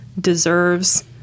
deserves